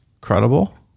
credible